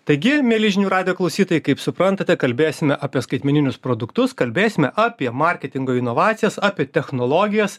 taigi mieli žinių radijo klausytojai kaip suprantate kalbėsime apie skaitmeninius produktus kalbėsime apie marketingo inovacijas apie technologijas